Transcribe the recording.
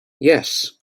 yes